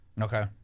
Okay